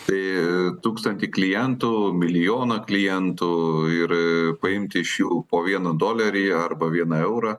tai tūkstantį klientų milijoną klientų ir paimti iš jų po vieną dolerį arba vieną eurą